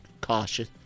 cautious